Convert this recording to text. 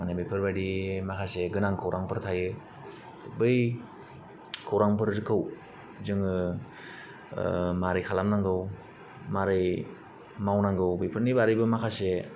मानि बेफोरबादि माखासे गोनां खौरांफोर थायो बै खौरांफोरखौ जोङो मारै खालाम नांगौ मारै मावनांगौ बेफोरनि बारैबो माखासे